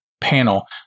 panel